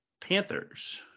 Panthers